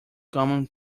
common